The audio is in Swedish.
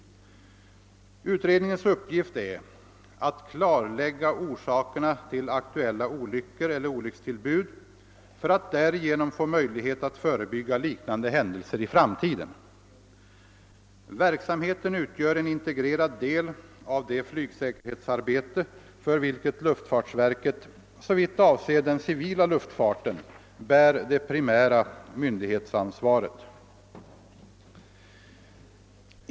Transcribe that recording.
Utredningens uppgift är att klarlägga orsakerna till aktuella olyckor eller olyckstillbud för att därigenom få möjlighet att förebygga liknande händelser i framtiden. Verksamheten utgör en integrerad del av det flygsäkerhetsarbete, för vilket luftfartsverket såvitt avser den civila luftfarten bär det primära myndighetsansvaret.